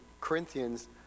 Corinthians